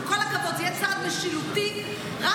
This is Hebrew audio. עם כל הכבוד זה יהיה צעד משילותי רב-חשיבות